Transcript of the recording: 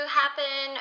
happen